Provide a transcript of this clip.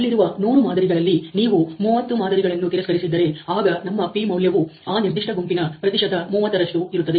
ಅಲ್ಲಿರುವ 100 ಮಾದರಿಗಳಲ್ಲಿ ನೀವು 30 ಮಾದರಿಗಳನ್ನು ತಿರಸ್ಕರಿಸಿದ್ದರೆ ಆಗ ನಮ್ಮ P ಮೌಲ್ಯವು ಆ ನಿರ್ದಿಷ್ಟ ಗುಂಪಿನ ಪ್ರತಿಶತ 30ರಷ್ಟು ಇರುತ್ತದೆ